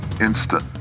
instant